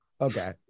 okay